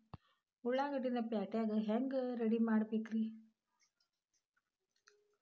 ಉಳ್ಳಾಗಡ್ಡಿನ ಪ್ಯಾಟಿಗೆ ಹ್ಯಾಂಗ ರೆಡಿಮಾಡಬೇಕ್ರೇ?